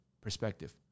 perspective